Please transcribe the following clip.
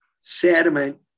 sediment